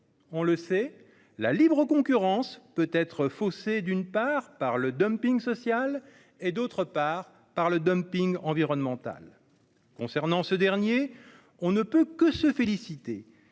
On le sait, la libre concurrence peut être faussée, d'une part, par le dumping social et, d'autre part, par le dumping environnemental. Concernant ce dernier, on ne peut que se féliciter